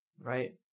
Right